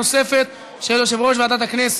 בבית-תפילה),